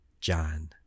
John